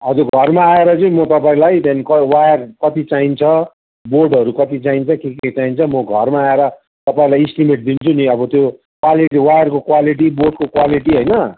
हजुर घरमा आएर चाहिँ म तपाईँलाई त्यहाँ देखिको वायर कति चाहिन्छ बोर्डहरू कति चाहिन्छ के के चाहिन्छ म घरमा आएर तपाईँलाई एस्टिमेट दिन्छु नि अब त्यो क्वालेटि वायरको क्वालेटि बोर्डको क्वालेटि होइन